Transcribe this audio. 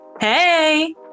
Hey